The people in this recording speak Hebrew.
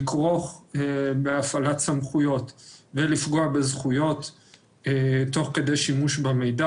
לכרוך בהפעלת סמכויות ולפגוע בזכויות תוך כדי שימוש במידע.